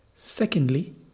Secondly